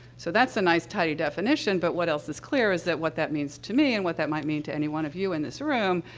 so, that's a nice, tidy definition, but what else is clear is that what that means to me and what that might mean to any one of you in this room,